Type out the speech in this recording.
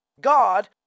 God